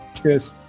cheers